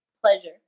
pleasure